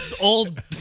old